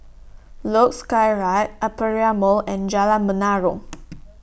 Luge Skyride Aperia Mall and Jalan Menarong